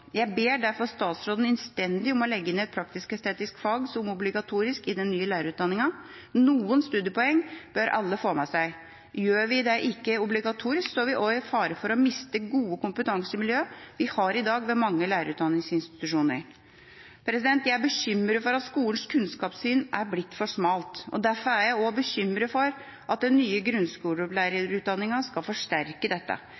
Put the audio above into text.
Jeg ber derfor statsråden innstendig om å legge inn et praktisk-estetisk fag som obligatorisk i den nye lærerutdanningen. Noen studiepoeng bør alle få med seg. Gjør vi det ikke obligatorisk, står vi også i fare for å miste de gode kompetansemiljøene vi har i dag ved mange lærerutdanningsinstitusjoner. Jeg er bekymret for at skolens kunnskapssyn er blitt for smalt. Derfor er jeg også bekymret for at den nye grunnskolelærerutdanningen skal forsterke dette.